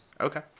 Okay